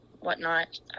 whatnot